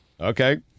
Okay